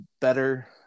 better